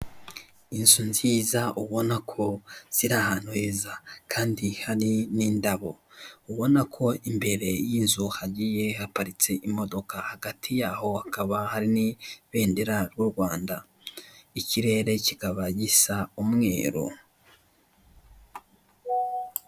Inzu nziza ubona ko ziri ahanu heza kandi hari n'indabo, ubunako imbere y'inzu hagiye haparitse imodoka hati yaho hakaba hari ibendera ry'Urwanda ikirere cyikaba gisa umweru.